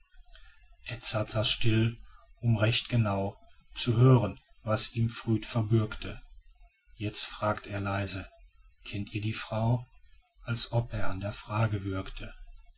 edzard saß still um recht genau zu hören was ihm früd verbürgte jetzt fragt er leis kennt ihr die frau als ob er an der frage würgte